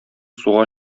суга